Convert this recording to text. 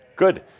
Good